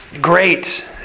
great